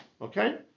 Okay